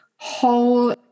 whole